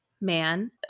man